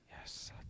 Yes